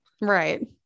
right